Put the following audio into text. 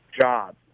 jobs